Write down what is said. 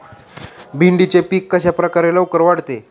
भेंडीचे पीक कशाप्रकारे लवकर वाढते?